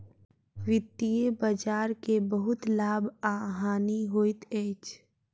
वित्तीय बजार के बहुत लाभ आ हानि होइत अछि